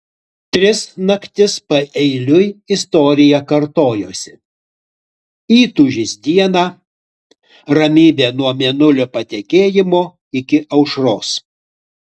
tris naktis paeiliui istorija kartojosi įtūžis dieną ramybė nuo mėnulio patekėjimo iki aušros